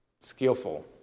skillful